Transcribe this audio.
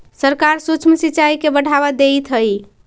सरकार सूक्ष्म सिंचाई के बढ़ावा देइत हइ